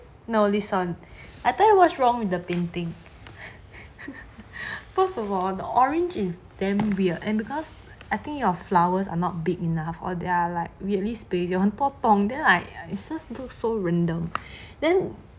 no listen I tell you what's wrong with the painting first of all the orange is damn weird and because I think your flowers are not big enough or they're like weirdly space 有很多洞 then like it's just too so random then